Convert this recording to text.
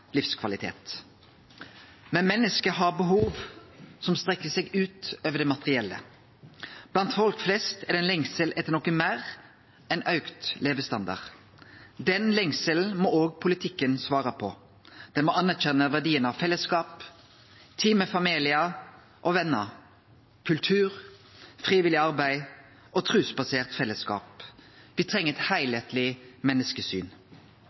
livskvalitet. Men mennesket har behov som strekkjer seg utover det materielle. Blant folk flest er det ein lengsel etter noko meir enn auka levestandard. Den lengselen må òg politikken svare på. Han må anerkjenne verdien av fellesskap, tid med familie og vener, kultur, frivillig arbeid og fellesskap basert på tru. Me treng eit heilskapleg menneskesyn.